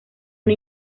una